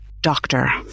doctor